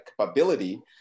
capability